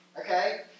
okay